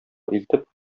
илтеп